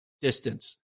distance